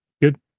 good